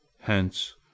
hence